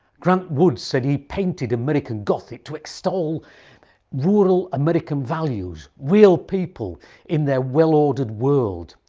grant wood said he painted american gothic to extoll rural american values, real people in their well-ordered world,